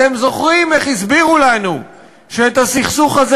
אתם זוכרים איך הסבירו לנו שאת הסכסוך הזה